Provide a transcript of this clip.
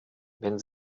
wenn